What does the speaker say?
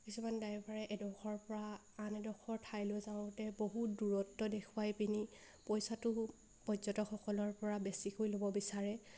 কিছুমান ড্ৰাইভাৰে এডোখৰৰপৰা আন এডোখৰ ঠাইলৈ যাওঁতে বহুত দূৰত্ব দেখুৱাই পিনি পইচাটো পৰ্যটকসকলৰপৰা বেছিকৈ ল'ব বিচাৰে